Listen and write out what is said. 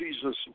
Jesus